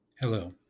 Hello